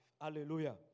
Hallelujah